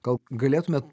gal galėtumėt